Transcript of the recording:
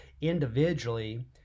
individually